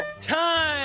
Time